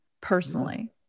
personally